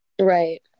Right